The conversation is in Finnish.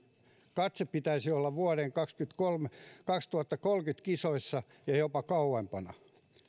katse pitäisi olla vuoden kaksituhattakolmekymmentä kisoissa ja jopa kauempana